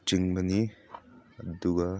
ꯆꯤꯡꯕꯅꯤ ꯑꯗꯨꯒ